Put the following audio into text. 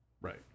right